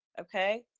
Okay